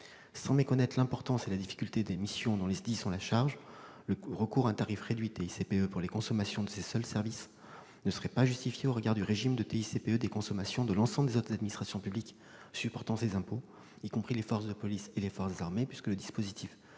Sans méconnaître l'importance et la difficulté des missions dont les SDIS ont la charge, le recours à un tarif réduit de TICPE pour les consommations de ces seuls services ne serait pas justifié au regard du régime de TICPE des consommations de l'ensemble des autres administrations publiques supportant ces impôts, y compris les forces de police et les forces armées. Votre proposition